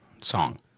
song